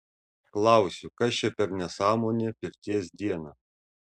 klausiu kas čia per nesąmonė pirties diena